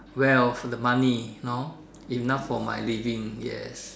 wealth the money know enough for my living yes